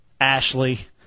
Ashley